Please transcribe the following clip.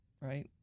right